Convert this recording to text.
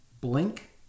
Blink